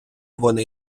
вони